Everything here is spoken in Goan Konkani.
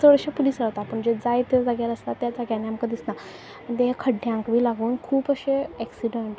चडशे पुलीस रावता पूण जे जाय त्या जाग्यार आसता त्या जाग्यानी आमकां दिसना ते खड्ड्यांक बी लागून खूब अशे एक्सिडंट